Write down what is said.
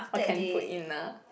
orh can put in ah